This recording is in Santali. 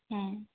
ᱦᱮᱸ